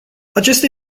acesta